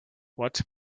what